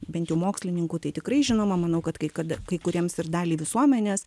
bent jau mokslininkų tai tikrai žinoma manau kad kai kada kai kuriems ir daliai visuomenės